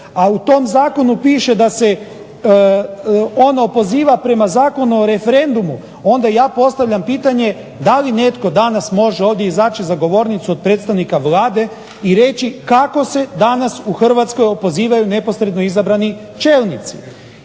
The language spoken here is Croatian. a u tom zakonu piše da se on opoziva prema Zakonu o referendumu onda ja postavljam pitanje da li netko danas može ovdje izaći za govornicu od predstavnika Vlade i reći kako se danas u Hrvatskoj opozivaju neposredno izabrani čelnici.